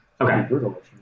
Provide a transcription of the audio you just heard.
Okay